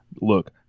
Look